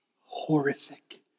horrific